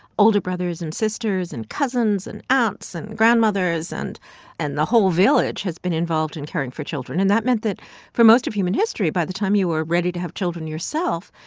older brothers and sisters and cousins and aunts and grandmothers and and the whole village has been involved in caring for children. and that meant that for most of human history, by the time you are ready to have children yourself,